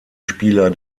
spieler